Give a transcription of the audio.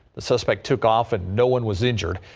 the suspect took off and no one was injured.